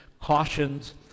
cautions